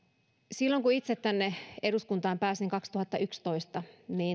silloin kun itse tänne eduskuntaan pääsin kaksituhattayksitoista